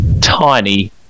tiny